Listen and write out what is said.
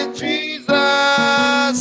jesus